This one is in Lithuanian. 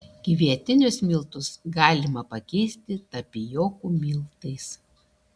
kvietinius miltus galima pakeisti tapijokų miltais